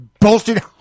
Bolstered